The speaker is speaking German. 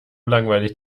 langweilig